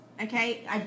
Okay